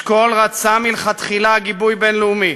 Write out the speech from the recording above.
אשכול רצה מלכתחילה גיבוי בין-לאומי,